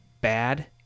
bad